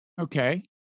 Okay